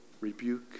rebuke